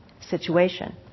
situation